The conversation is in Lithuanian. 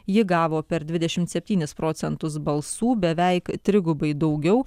ji gavo per dvidešimt septynis procentus balsų beveik trigubai daugiau